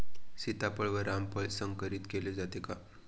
सीताफळ व रामफळ संकरित केले जाते का?